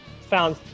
found